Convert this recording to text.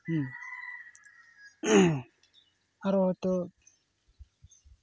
ᱦᱩᱸ ᱟᱨ ᱦᱚᱭᱛᱳ